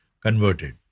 converted